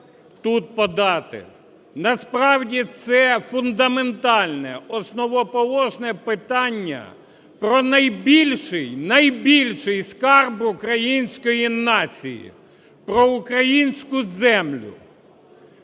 Насправді, це фундаментальне, основоположне питання про найбільший, найбільший скарб української нації – про українську землю.